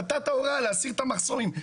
נתת הוראה להסיר את המחסומים.